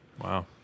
Wow